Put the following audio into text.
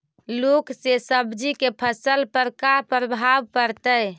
लुक से सब्जी के फसल पर का परभाव पड़तै?